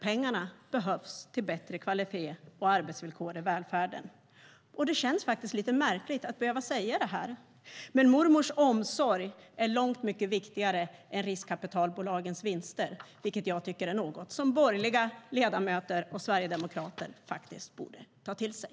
Pengarna behövs till bättre kvalitet och arbetsvillkor i välfärden. Det känns lite märkligt att behöva säga det, men mormors omsorg är långt mycket viktigare än riskkapitalbolagens vinster. Det är något jag tycker att borgerliga ledamöter och sverigedemokrater borde ta till sig.